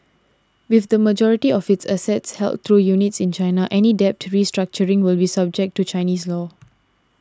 with the majority of its assets held through units in China any debt restructuring will be subject to Chinese law